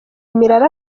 imirari